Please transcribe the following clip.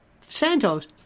Santos